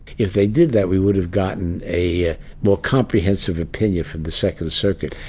if they did that, we would have gotten a more comprehensive opinion from the second circuit.